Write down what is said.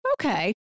okay